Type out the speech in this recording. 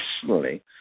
personally